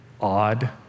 odd